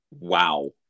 Wow